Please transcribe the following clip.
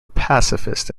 pacifist